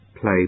Play